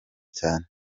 cyane